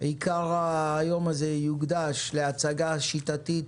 עיקר הדיון היום הזה יוקדש להצגה שיטתית